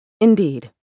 Indeed